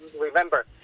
Remember